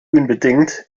unbedingt